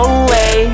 away